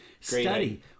study